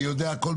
אני יודע.